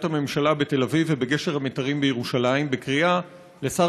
הממשלה בתל אביב ובגשר המיתרים בירושלים בקריאה לשר